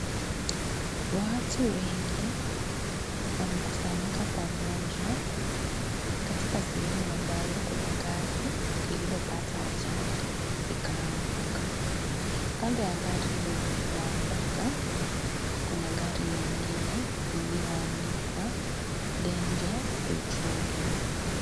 Watu wengi wamekusanyika pamoja katika sehemu ambayo kuna gari lililopata ajali likaanguka. Kando ya gari ambalo lililoanguka kuna gari nyingine iliyoandikwa danger petroleum.